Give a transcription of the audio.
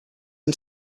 and